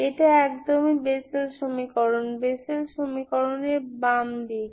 এটি একদমই বেসেল সমীকরণ বেসেল সমীকরণের বাম হস্ত দিক